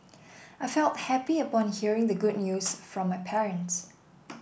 I felt happy upon hearing the good news from my parents